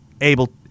able